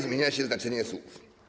Zmienia się znaczenie słów.